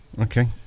Okay